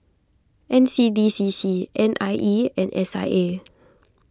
N C D C C N I E and S I A